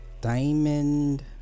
diamond